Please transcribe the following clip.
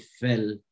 fell